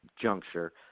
juncture